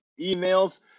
emails